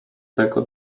tego